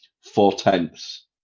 four-tenths